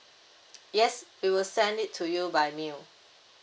yes we will send it to you by mail